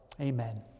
Amen